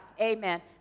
Amen